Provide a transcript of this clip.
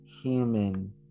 human